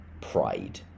pride